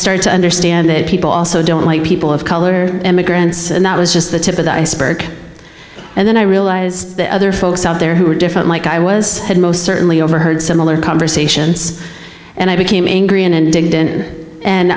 started to understand that people also don't like people of color immigrants and that was just the tip of the iceberg and then i realized the other folks out there who were different like i was had most certainly overheard similar conversations and i became an